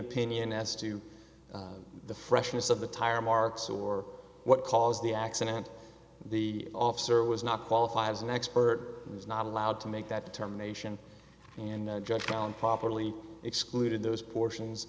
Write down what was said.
opinion as to the freshness of the tire marks or what caused the accident the officer was not qualified as an expert is not allowed to make that determination and judge found properly excluded those portions